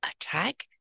attack